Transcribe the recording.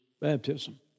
baptism